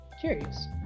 curious